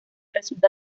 resulta